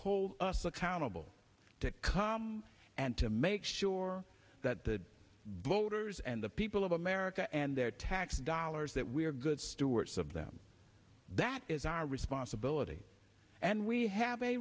hold us accountable to come and to make sure that the bloaters and the people of america and their tax dollars that we are good stewards of them that is our responsibility and we have a